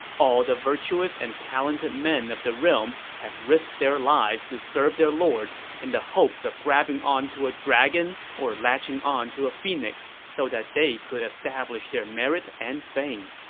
all the virtuous and talented men of the realm have risked their lives to serve their lords in the hopes of grabbing onto a dragon or latching onto a phoenix so that they could establish their merit and fame.